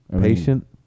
patient